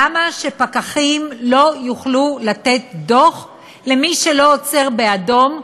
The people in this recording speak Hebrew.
למה שפקחים לא יוכלו לתת דוח למי שלא עוצר באדום,